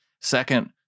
second